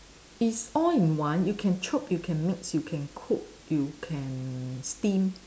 it's all in one you can chop you can mix you can cook you can steam